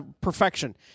perfection